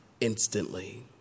instantly